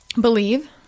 Believe